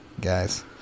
guys